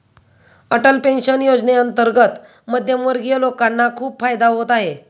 Atal pension योजनेअंतर्गत मध्यमवर्गीय लोकांना खूप फायदा होत आहे